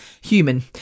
human